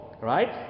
right